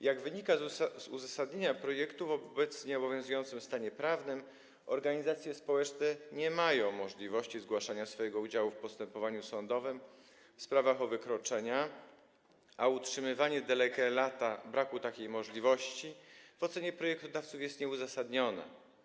Jak wynika z uzasadnienia projektu, w obecnie obowiązującym stanie prawnym organizacje społeczne nie mają możliwości zgłaszania swojego udziału w postępowaniu sądowym w sprawach o wykroczenia, a utrzymywanie de lege lata braku takiej możliwości w ocenie projektodawców jest nieuzasadnione.